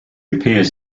appears